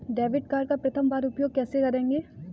Debit card का प्रथम बार उपयोग कैसे करेंगे?